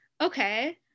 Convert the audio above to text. okay